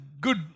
good